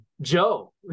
Joe